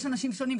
יש אנשים שונים,